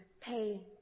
pay